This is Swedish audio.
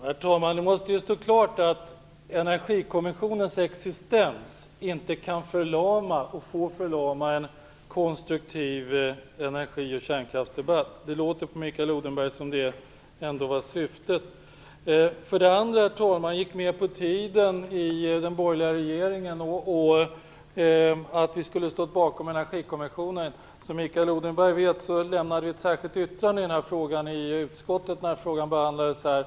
Herr talman! Det måste stå klart att Energikommissionens existens inte kan få förlama en konstruktiv energi och kärnkraftsdebatt. Det låter på Mikael Odenberg som om det var syftet. Mikael Odenberg säger att jag gick med på den tidpunkt som den borgerliga regeringen fastställde för betänkandets avlämnande och att vi skulle ha stått bakom inrättandet av Energikommissionen. Som Mikael Odenberg vet avgav vi ett särskilt yttrande i utskottet när frågan behandlades där.